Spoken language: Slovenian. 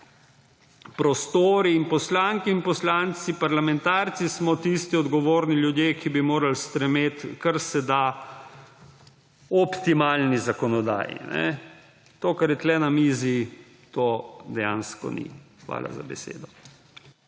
prostori in poslanke in poslanci, parlamentarci, smo tisti odgovorni ljudje, ki bi morali stremeti karseda k optimalni zakonodaji. To, kar je tu na mizi, to dejansko ni. Hvala za besedo.